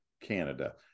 Canada